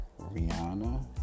Rihanna